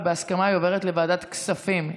ובהסכמה היא עוברת לוועדת הכספים,